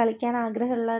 കളിക്കാൻ ആഗ്രഹമുള്ള